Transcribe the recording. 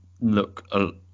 look